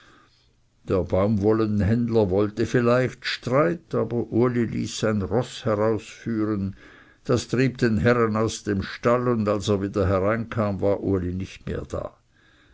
der baumwollenhändler wollte vielleicht streit aber uli ließ sein roß herausführen das trieb den herrn aus dem stall und als er wieder hineinkam war uli nicht mehr da